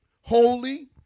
holy